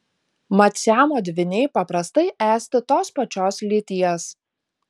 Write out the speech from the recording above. mat siamo dvyniai paprastai esti tos pačios lyties